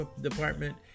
Department